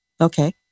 okay